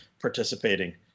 participating